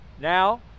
now